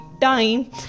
time